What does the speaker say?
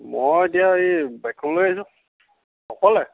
মই এতিয়া সেই বাইক খন লৈ আহিছোঁ অকলে